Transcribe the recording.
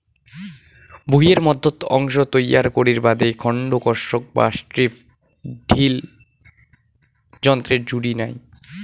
ভুঁইয়ের মইধ্যত অংশ তৈয়ার করির বাদে খন্ড কর্ষক বা স্ট্রিপ টিল যন্ত্রর জুড়ি নাই